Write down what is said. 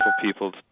people